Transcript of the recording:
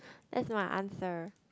that's my answer